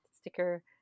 Sticker